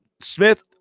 Smith